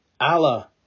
Allah